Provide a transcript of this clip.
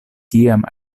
tiam